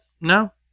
no